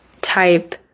type